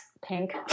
Pink